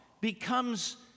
becomes